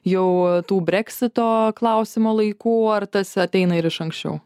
jau tų breksito klausimo laikų ar tas ateina ir iš anksčiau